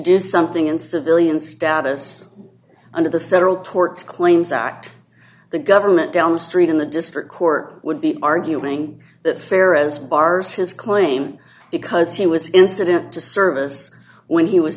do something in civilian status under the federal tort claims act the government down the street in the district court would be arguing that farrah's bars his claim because he was incident to service when he was